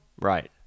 Right